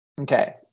okay